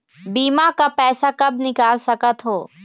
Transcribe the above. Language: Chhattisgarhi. बीमा का पैसा कब निकाल सकत हो?